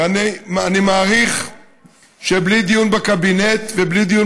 ואני מעריך שבלי דיון בקבינט ובלי דיון